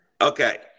Okay